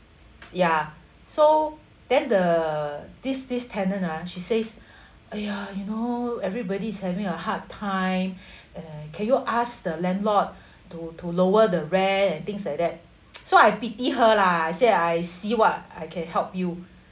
ya so then the this this tenant uh she says !aiya! you know everybody's having a hard time uh can you ask the landlord to to lower the rent and things like that so I pity her lah I say I see what I can help you